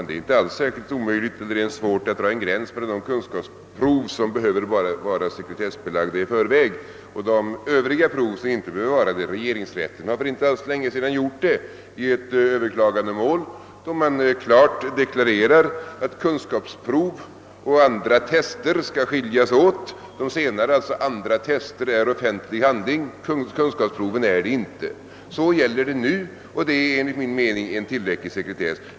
Herr talman! Det är inte alls omöjligt eller ens svårt att på förhand dra en gräns mellan de kunskapsprov som behöver vara sekretessbelagda och de övriga prov som inte behöver vara det. Regeringsrätten har för inte alls länge sedan gjort det i ett överklagandemål, då man klart deklarerade att kunskapsprov och andra test skall skiljas åt. De senare — alltså andra test — är offentliga handlingar men kunskapsproven är det inte. Det är vad som gäller nu, och därigenom har vi enligt min mening tillräcklig sekretess.